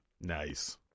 Nice